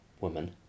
woman